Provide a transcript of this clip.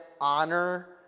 honor